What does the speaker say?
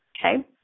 okay